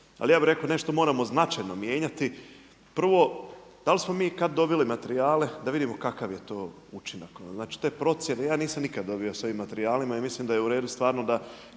Ali ja bih rekao nešto moramo značajno mijenjati. Prvo, da li smo mi kada donijeli materijale da vidimo kakav je to učinak? Znači te procjene, ja nisam nikad dobio sa ovim materijalima i mislim da je u redu stvarno da